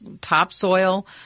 topsoil